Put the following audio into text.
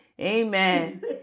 Amen